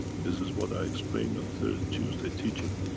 this is what i explained on thurs. tuesday teaching,